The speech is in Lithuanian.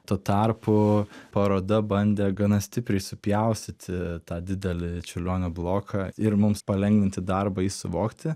tuo tarpu paroda bandė gana stipriai supjaustyti tą didelį čiurlionio bloką ir mums palengvinti darbą jį suvokti